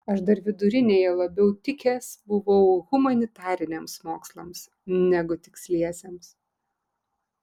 aš dar vidurinėje labiau tikęs buvau humanitariniams mokslams negu tiksliesiems